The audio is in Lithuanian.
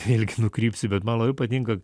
irgi nukrypsiu bet man labai patinka